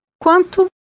Quanto